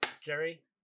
Jerry